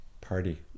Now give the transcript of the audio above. party